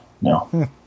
no